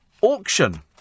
auction